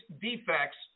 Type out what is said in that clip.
defects